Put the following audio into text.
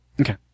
Okay